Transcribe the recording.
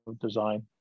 design